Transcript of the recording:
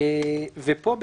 ופה,